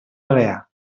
balear